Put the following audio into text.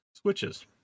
switches